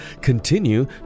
continue